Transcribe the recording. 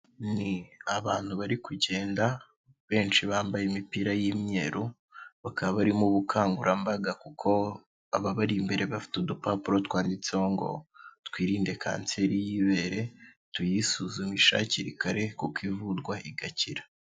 Ni abantu bari kugenda benshi bambaye imipira y'imyeru, bakaba bari mu bukangurambaga kuko ababari imbere bafite udupapuro twanditseho ngo twirinde kanseri y'ibere, tuyisuzumishe hakiri kare kuko ivurwa igakira.